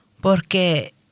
porque